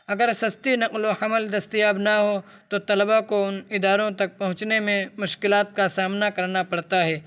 اگر سستی نقل و حمل دستیاب نہ ہو تو طلباء کو ان اداروں تک پہنچنے میں مشکلات کا سامنا کرنا پڑتا ہے